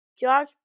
george